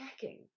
checking